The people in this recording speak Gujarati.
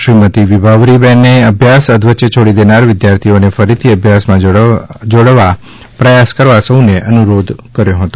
શ્રી વિભાવરીબેને અભ્યાસ અધવચ્ચે છોડી દેનાર વિદ્યાર્થીઓને ફરીથી અભ્યાસમાં જોડવા પ્રયાસ કરવા સહ્ને અનુરોધ કર્યો હતો